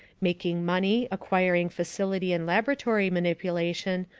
making money, acquiring facility in laboratory manipulation,